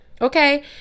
Okay